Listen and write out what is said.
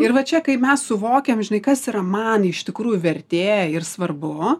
ir va čia kai mes suvokiam žinai kas yra man iš tikrųjų vertė ir svarbu